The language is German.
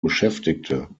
beschäftigte